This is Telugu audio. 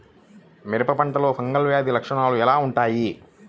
మిరప పంటలో ఫంగల్ వ్యాధి లక్షణాలు ఎలా వుంటాయి?